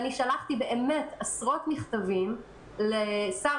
שלחתי באמת עשרות מכתבים בנושא הזה לשר